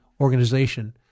organization